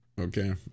Okay